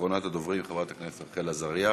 אחרונת הדוברים, חברת הכנסת רחל עזריה,